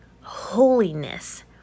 holiness